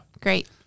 Great